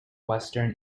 western